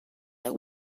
that